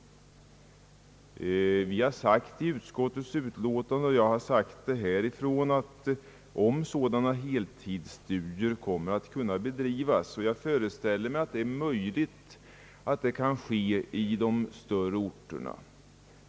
Jag föreställer mig att det är möjligt att sådana studier kommer att kunna bedrivas i de större orterna.